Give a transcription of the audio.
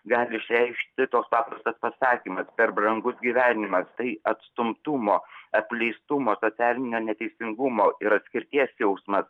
gali išreikšti toks paprastas pasakymas per brangus gyvenimas tai atstumtumo apleistumo socialinio neteisingumo ir atskirties jausmas